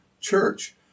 church